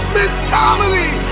mentality